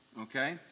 okay